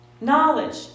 knowledge